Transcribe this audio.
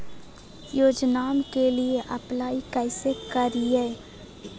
योजनामा के लिए अप्लाई कैसे करिए?